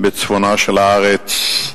בצפונה של הארץ,